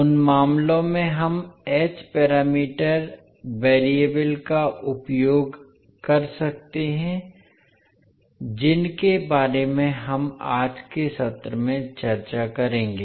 उन मामलों में हम एच पैरामीटर वेरिएबल का उपयोग कर सकते हैं जिनके बारे में हम आज के सत्र में चर्चा करेंगे